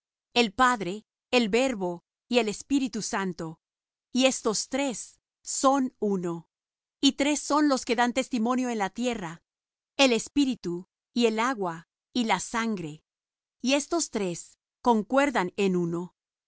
el padre el verbo y el espíritu santo y estos tres son uno y tres son los que dan testimonio en la tierra el espíritu y el agua y la sangre y estos tres concuerdan en uno